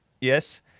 yes